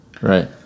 Right